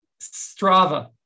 Strava